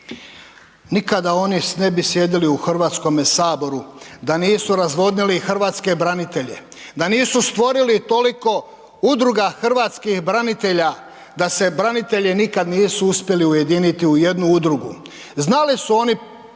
Nikada oni ne bi sjedili u HS da nisu razvodnili hrvatske branitelje, da nisu stvorili toliko udruga hrvatskih branitelja, da se branitelji nikad nisu uspjeli ujediniti u jednu udrugu, znali su oni